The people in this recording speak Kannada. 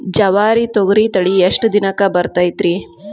ಜವಾರಿ ತೊಗರಿ ತಳಿ ಎಷ್ಟ ದಿನಕ್ಕ ಬರತೈತ್ರಿ?